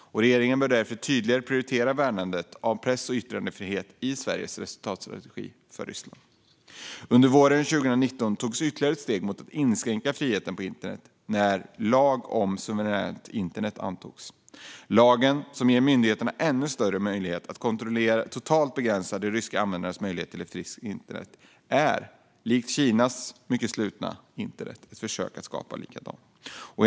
Regeringen bör därför tydligare prioritera värnandet av press och yttrandefrihet i Sveriges resultatstrategi för Ryssland. Under våren 2019 togs ytterligare steg mot att inskränka friheten på internet när lagen om ett suveränt internet antogs. Lagen som ger myndigheterna ännu större möjlighet att totalt begränsa de ryska användarnas möjlighet till ett fritt internet är, likt Kinas mycket slutna internet, ett försök att skapa ett likadant.